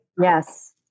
Yes